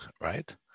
right